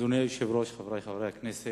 אדוני היושב-ראש, חברי חבר הכנסת,